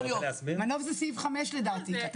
מנוף זה סעיף (5) לדעתי.